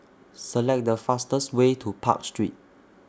Select The fastest Way to Park Street